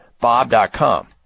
bob.com